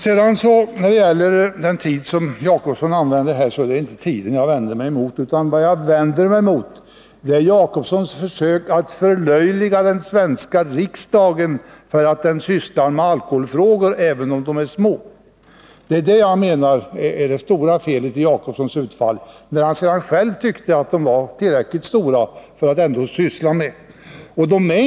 Jag vänder mig inte mot den talartid Egon Jacobsson använder, utan mot hans försök att förlöjliga den svenska riksdagen för att den sysslar med alkoholfrågor även om de är små. Detta är det stora felet i hans utfall — han tyckte ju ändå själv att frågorna var tillräckligt stora att syssla med.